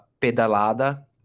pedalada